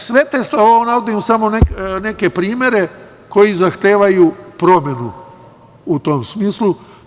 Sve to što navodim, samo neke primere koji zahtevaju promenu u tom smislu.